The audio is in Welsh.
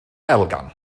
elgan